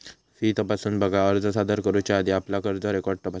fee तपासून बघा, अर्ज सादर करुच्या आधी आपला कर्ज रेकॉर्ड तपासा